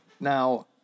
now